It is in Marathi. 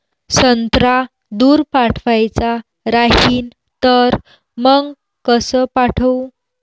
संत्रा दूर पाठवायचा राहिन तर मंग कस पाठवू?